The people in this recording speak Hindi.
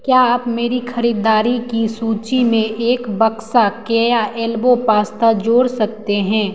क्या आप मेरी ख़रीददारी की सूची में एक बक्सा केया एल्बो पास्ता जोड़ सकते हैं